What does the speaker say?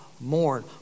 mourn